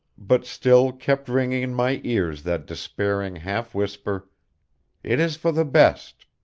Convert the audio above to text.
but still kept ringing in my ears that despairing half-whisper it is for the best.